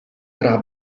tra